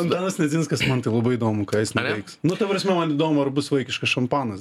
antanas nedzinskas man tai labai įdomu ką jis nuveiks nu ta prasme man įdomu ar bus vaikiškas šampanas